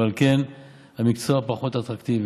ועל כן המקצוע פחות אטרקטיבי,